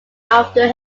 after